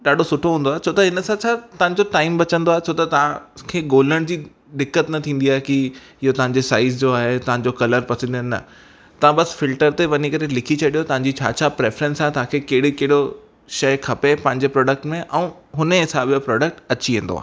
ॾाढो सुठो हूंदो आहे छो त हिन सां छा तव्हां जो टाइम बचंदो आहे छो त तव्हां खे ॻोल्हण जी दिक़त न थींदी आहे कि इहो तव्हां जे साइज़ जो आहे तव्हां जो कलर पसंदि आहे तव्हां बस फिल्टर ते वञी करे लिखी छॾियो तव्हां जी छा छा रेफरेंस आहे तव्हां खे कहिड़ी कहिड़ो शइ खपे पंहिंजे प्रोडक्ट में ऐं उन जे हिसाब जो प्रोडक्ट अची वेंदो आहे